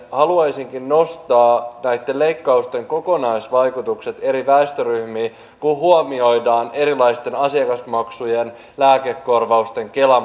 haluaisinkin nostaa näitten leikkausten kokonaisvaikutukset eri väestöryhmiin kun huomioidaan erilaisten asiakasmaksujen lääkekorvausten kela